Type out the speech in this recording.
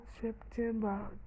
September